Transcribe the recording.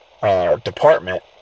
department